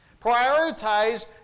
prioritize